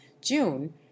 june